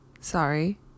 sorry